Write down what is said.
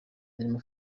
zirimo